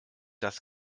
das